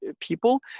people